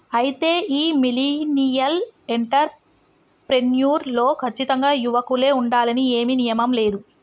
అయితే ఈ millennial entrepreneur లో కచ్చితంగా యువకులే ఉండాలని ఏమీ నియమం లేదు